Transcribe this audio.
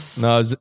no